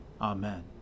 Amen